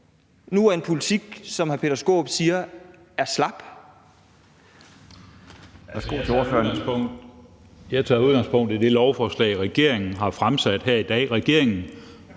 nu er en politik, som hr. Peter Skaarup siger er slap?